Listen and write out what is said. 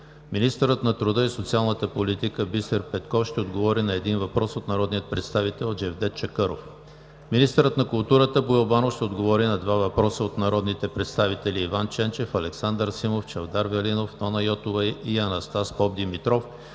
Министърът на труда и социалната политика Бисер Петков ще отговори на един въпрос от народния представител Джевдет Чакъров. 4. Министърът на културата Боил Банов ще отговори на два въпроса от народните представители Иван Ченчев, Александър Симов, Чавдар Велинов, Нона Йотова и Анастас Попдимитров;